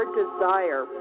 desire